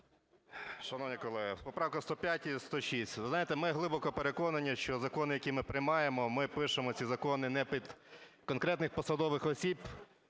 Шановні колеги, поправки 105 і 106. Ви знаєте, ми глибоко переконані, що закони, які ми приймаємо, ми пишемо ці закони не під конкретних посадових осіб,